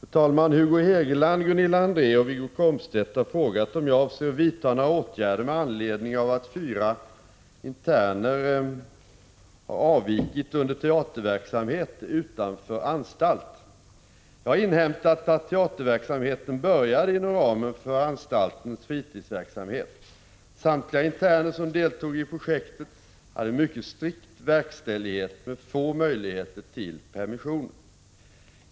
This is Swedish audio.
Fru talman! Hugo Hegeland, Gunilla André och Wiggo Komstedt har frågat om jag avser att vidta några åtgärder med anledning av att fyra interner avvikit under teaterverksamhet utanför anstalt. Jag har inhämtat att teaterverksamheten började inom ramen för anstaltens fritidsverksamhet. Samtliga interner som deltog i projektet hade mycket strikt verkställighet med få möjligheter till permissioner.